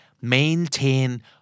Maintain